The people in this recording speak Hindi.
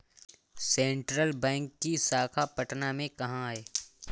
सेंट्रल बैंक की शाखा पटना में कहाँ है?